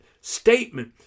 statement